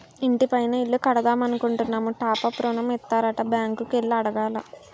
ఇంటి పైన ఇల్లు కడదామనుకుంటున్నాము టాప్ అప్ ఋణం ఇత్తారట బ్యాంకు కి ఎల్లి అడగాల